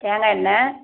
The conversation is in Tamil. தேங்காயெண்ண